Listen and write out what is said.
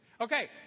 Okay